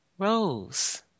Rose